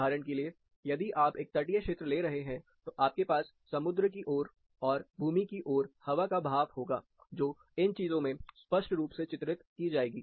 उदाहरण के लिए यदि आप एक तटीय क्षेत्र ले रहे हैं तो आपके पास समुद्र की ओर और भूमि की ओर हवा का बहाव होगा जो इन चीजों में स्पष्ट रूप से चित्रित की जाएंगी